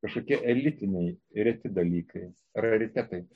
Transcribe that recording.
kažkokie elitiniai ir reti dalykai raritetai